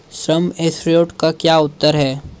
सम assured का क्या अर्थ है?